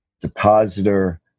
depositor